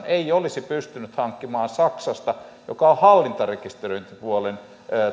ei olisi pystynyt hankkimaan rahoitusta saksasta joka on hallintarekisteröintipuolen